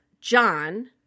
John